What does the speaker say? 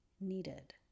needed